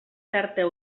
certa